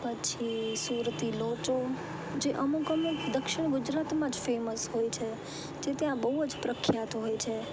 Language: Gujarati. પછી સુરતી લોચો જે અમુક અમુક દક્ષિણ ગુજરાતમાં જ ફેમસ હોય છે જે તે આ બહુ જ પ્રખ્યાત હોય છે